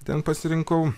ten pasirinkau